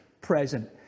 present